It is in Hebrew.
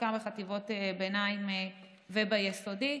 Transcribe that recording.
בעיקר בחטיבות ביניים וביסודי.